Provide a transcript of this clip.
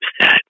set